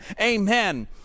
amen